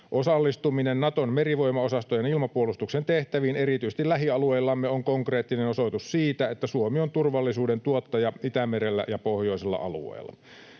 Osallistuminen Naton merivoimaosastojen ilmapuolustuksen tehtäviin erityisesti lähialueillamme on konkreettinen osoitus siitä, että Suomi on turvallisuuden tuottaja Itämerellä ja pohjoisella alueella.